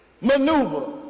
maneuver